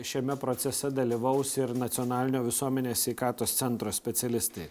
šiame procese dalyvaus ir nacionalinio visuomenės sveikatos centro specialistai